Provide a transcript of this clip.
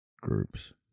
groups